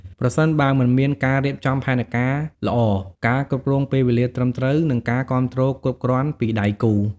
ប្រសិនបើមិនមានការរៀបចំផែនការល្អ ការគ្រប់គ្រងពេលវេលាត្រឹមត្រូវ និងការគាំទ្រគ្រប់គ្រាន់ពីដៃគូ។